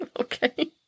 Okay